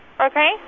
Okay